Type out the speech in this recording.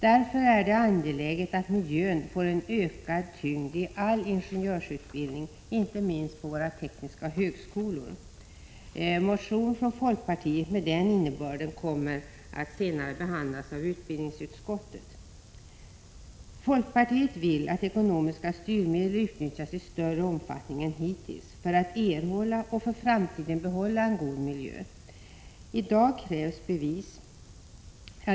Därför är det angeläget att miljön får en ökad tyngd i all ingenjörsutbildning, inte minst på våra tekniska högskolor. En motion från folkpartiet med den innebörden kommer senare att behandlas av utbildningsutskottet. Folkpartiet vill att ekonomiska styrmedel utnyttjas i större omfattning än hittills för att erhålla och för framtiden behålla en god miljö.